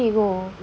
where did you go